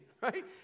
right